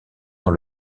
dans